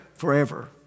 forever